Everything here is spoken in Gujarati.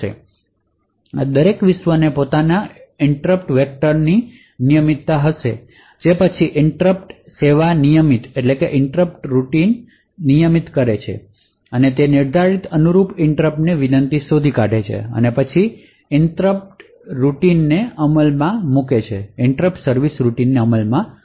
તેથી આ દરેક વિશ્વની પોતાની ઇનટ્રપટ વેક્ટર ની નિયમિતતા હશે જે પછી ઇનટ્રપટ સેવા રૂટીન હશે તે નિર્ધારિત ઇનટ્રપટની વિનંતી શોધી કાઢશે અને પછી તે ઇનટ્રપટ સેવા રૂટીનને અમલમાં મૂકશે